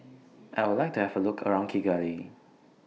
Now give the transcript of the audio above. I Would like to Have A Look around Kigali